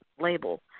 label